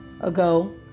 ago